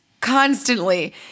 constantly